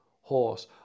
horse